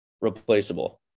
replaceable